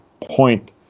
point